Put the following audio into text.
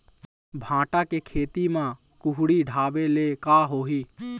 भांटा के खेती म कुहड़ी ढाबे ले का होही?